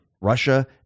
russia